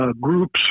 groups